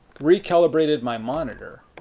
re-calibrated my monitor.